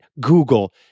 Google